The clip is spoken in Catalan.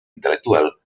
intel·lectual